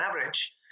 average